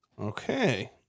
Okay